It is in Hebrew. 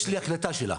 יש לי הקלטה שלה.